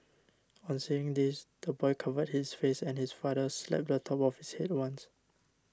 on seeing this the boy covered his face and his father slapped the top of his head once